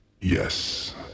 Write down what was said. Yes